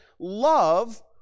love